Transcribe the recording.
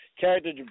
character